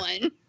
one